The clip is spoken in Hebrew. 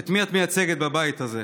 את מי את מייצגת בבית הזה?